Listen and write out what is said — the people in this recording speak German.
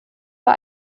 war